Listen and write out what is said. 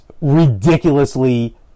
ridiculously